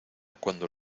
cuando